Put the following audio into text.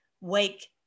wake